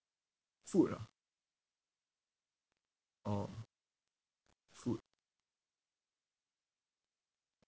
food ah orh food